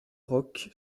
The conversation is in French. roc